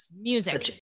music